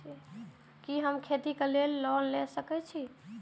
कि हम खेती के लिऐ लोन ले सके छी?